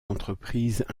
entreprises